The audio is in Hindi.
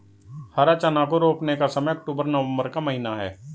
हरा चना को रोपने का समय अक्टूबर नवंबर का महीना है